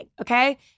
okay